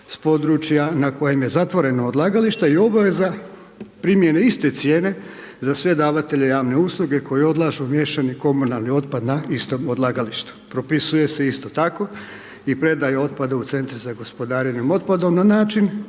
s područja na kojem je zatvoreno odlagalište i obveza primjene iste cijene za sve davatelje javne usluge koji odlažu miješani komunalni otpad na istom odlagalištu. Propisuje se isto tako i predaje otpad u CGO na način da se mora primjenjivati